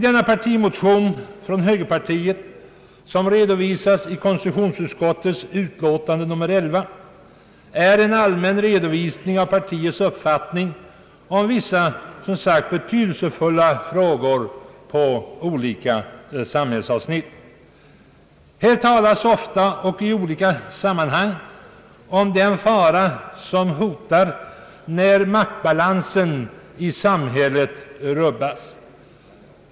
Den partimotion från högerpartiet som behandlas i konstitutionsutskottets utlåtande nr 11 innehåller en allmän redovisning av partiets uppfattning om vissa betydelsefulla frågor på olika samhällsavsnitt. Man talar ofta och i olika sammanhang om den fara som hotar när maktbalansen i samhället rubbas.